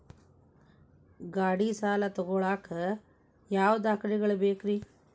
ಗಾಡಿ ಸಾಲ ತಗೋಳಾಕ ಯಾವ ದಾಖಲೆಗಳ ಬೇಕ್ರಿ?